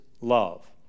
love